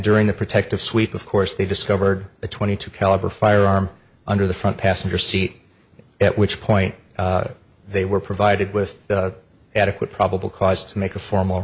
during the protective sweep of course they discovered the twenty two caliber firearm under the front passenger seat at which point they were provided with adequate probable cause to make a formal